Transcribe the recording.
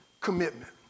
commitment